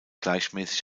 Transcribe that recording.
gleichmäßig